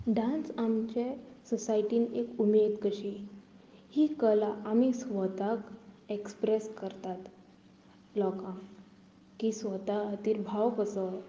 dance आमचे सोसायटीन एक उमेद कशी ही कला आमी स्वताक एक्सप्रेस करतात लोकांक की स्वता खातीर भाव कसो